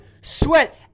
sweat